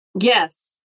Yes